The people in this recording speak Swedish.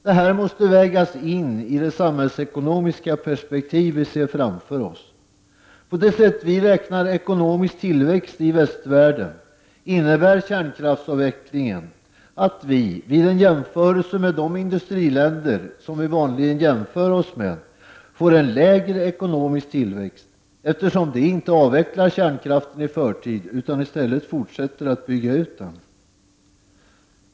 Detta måste vägas in i det samhällsekonomiska perspektiv vi ser framför oss. På det sätt vi räknar ekonomisk tillväxt i västvärlden innebär kärnkraftsavvecklingen att vi, vid en jämförelse med de industriländer vi vanligen jämför oss med, får en lägre ekonomisk tillväxt, detta eftersom de inte avvecklar kärnkraften i förtid utan i stället fortsätter att bygga ut den.